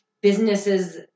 businesses